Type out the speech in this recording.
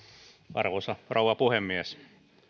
arvoisa rouva puhemies